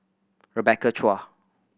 Rebecca Chua